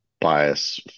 bias